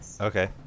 Okay